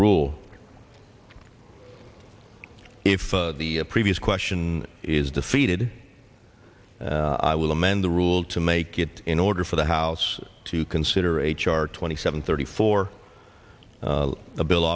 rule if the previous question is defeated i will amend the rule to make it in order for the house to consider h r twenty seven thirty four the bill